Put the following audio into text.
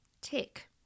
Tick